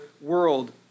world